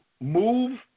move